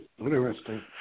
Interesting